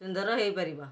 ସୁନ୍ଦର ହେଇପାରିବ